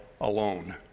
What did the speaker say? alone